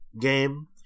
game